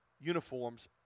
uniforms